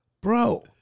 bro